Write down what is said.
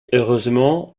heureusement